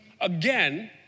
again